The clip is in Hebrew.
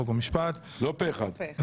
חוק ומשפט 2 נגד,